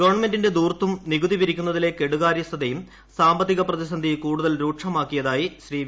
ഗവൺമെന്റിന്റെ ധൂർത്തും നികുതി പിരിക്കുന്നതിലെ കെടുകാര്യസ്ഥതയും സാമ്പത്തിക പ്രതിസന്ധി കൂടുതൽ രൂക്ഷമാക്കിയതായും ശ്രീ വി